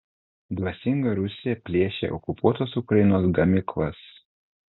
dvasinga rusija plėšia okupuotos ukrainos gamyklas